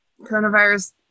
coronavirus